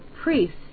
priests